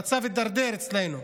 המצב הידרדר אצלנו.